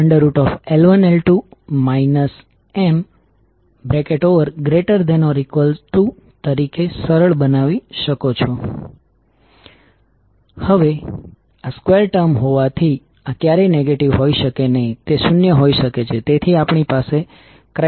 માત્ર ફ્લક્સ 21એ કોઇલ 1 સાથે લીંક છે તેથી કોઇલ 1 માં ઉત્પન્ન થતો વોલ્ટેજ છે v1N1d21dtN1d21di2di2dtM12di2dt M12કોઇલ 2 ના સંદર્ભમાં કોઇલ 1 નું મ્યુચ્યુઅલ ઇન્ડક્ટન્સ છે